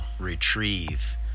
retrieve